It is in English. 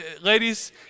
ladies